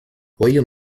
william